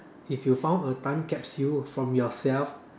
if you found a time capsule from yourself